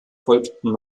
folgten